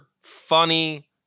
funny